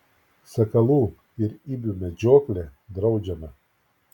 sakalų ir ibių medžioklė draudžiama